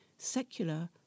secular